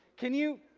can you,